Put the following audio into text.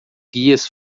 guias